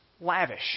lavish